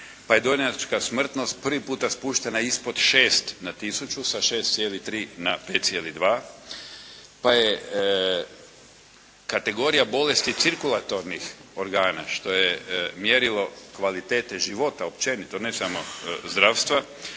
Pa je dojenačka smrtnost prvi puta spuštena ispod 6 na 1000, sa 6,3 na 5,2. Pa je kategorija bolesti cirkulatornih organa što je mjerilo kvalitete života općenito ne samo zdravstva,